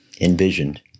envisioned